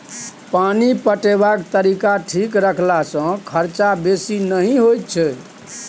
पानि पटेबाक तरीका ठीक रखला सँ खरचा बेसी नहि होई छै